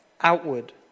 outward